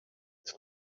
his